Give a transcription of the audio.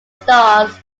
stars